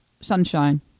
sunshine